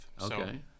Okay